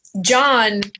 John